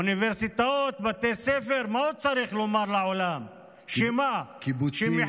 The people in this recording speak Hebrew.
אוניברסיטאות, בתי ספר, מה עוד צריך לומר לעולם?